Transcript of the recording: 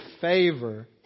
favor